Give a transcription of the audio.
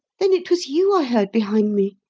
then it was you i heard behind me?